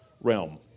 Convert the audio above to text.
realm